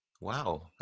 Wow